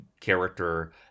character